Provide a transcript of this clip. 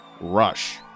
Rush